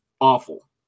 awful